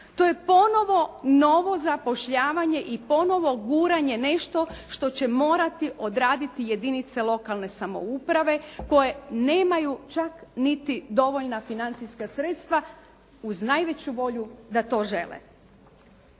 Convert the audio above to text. To je ponovno novo zapošljavanje i ponovo guranje nešto što će morati odraditi jedinice lokalne samouprave koje nemaju čak niti dovoljna financijska sredstva uz najveću volju da to žele.